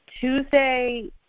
Tuesday